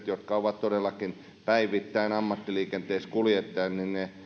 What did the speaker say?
jotka ovat todellakin päivittäin ammattiliikenteessä kuljettajana